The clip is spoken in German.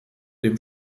dem